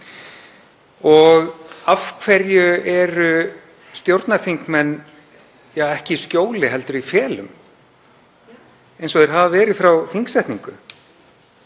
Og af hverju eru stjórnarþingmenn — ja, ekki í skjóli heldur í felum, eins og þeir hafa verið frá þingsetningu?